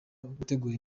gutegura